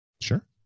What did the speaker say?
Sure